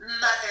mother